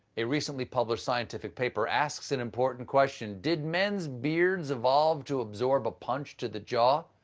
a recently published scientific paper asks an important question did men's beards evolve to absorb a punch to the jaw?